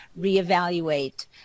reevaluate